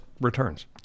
returns